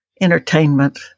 entertainment